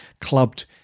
clubbed